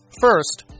First